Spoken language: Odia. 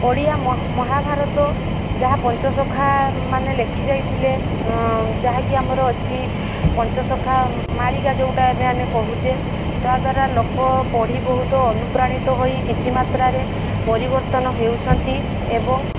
ଓଡ଼ିଆ ମହାଭାରତ ଯାହା ପଞ୍ଚସଖାମାନେ ଲେଖିଯାଇଥିଲେ ଯାହାକି ଆମର ଅଛି ପଞ୍ଚସଖା ମାଳିକା ଯେଉଁଟା ଏବେ ଆମେ କହୁଛେ ତାଦ୍ୱାରା ଲୋକ ପଢ଼ି ବହୁତ ଅନୁପ୍ରାଣିତ ହୋଇ କିଛିମାତ୍ରାରେ ପରିବର୍ତ୍ତନ ହେଉଛନ୍ତି ଏବଂ